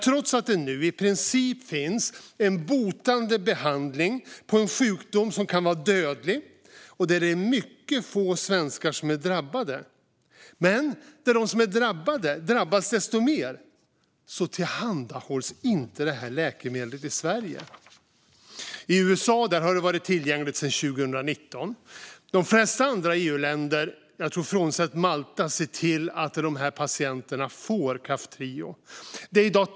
Trots att det nu i princip finns en botande behandling på en sjukdom som kan vara dödlig, och som mycket få svenskar är drabbade av men där de som är drabbade har drabbats desto mer, tillhandahålls inte det här läkemedlet i Sverige. I USA har det varit tillgängligt sedan 2019. De flesta andra EU-länder, frånsett Malta tror jag, ser till att de här patienterna får Kaftrio.